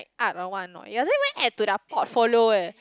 art or what or not I don't even add to their portfolio eh